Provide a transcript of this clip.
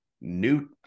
new